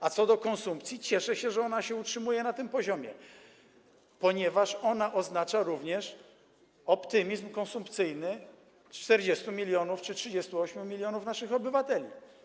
A co do konsumpcji, cieszę się, że ona się utrzymuje na tym poziomie, ponieważ ona oznacza również optymizm konsumpcyjny 40 mln czy 38 mln naszych obywateli.